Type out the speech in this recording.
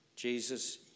Jesus